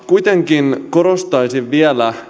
kuitenkin korostaisin vielä